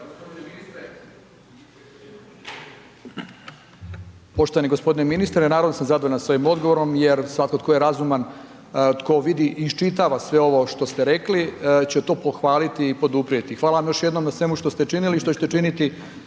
hvala vam još jednom na svemu što ste činili i što ćete činiti